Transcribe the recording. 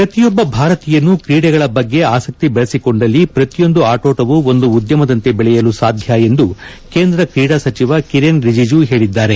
ಪ್ರತಿಯೊಬ್ಬ ಭಾರತೀಯನು ಕ್ರೀಡೆಗಳ ಬಗ್ಗೆ ಆಸಕ್ತಿ ಬೆಳೆಸಿಕೊಂಡಲ್ಲಿ ಪ್ರತಿಯೊಂದು ಆಟೋಟವೊ ಒಂದು ಉದ್ಯಮದಂತೆ ಬೆಳೆಯಲು ಸಾಧ್ಯ ಎಂದು ಕೇಂದ್ರ ಕ್ರೀಡಾ ಸಚಿವ ಕಿರೆನ್ ರಿಜಿಜು ಹೇಳಿದ್ದಾರೆ